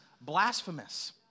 blasphemous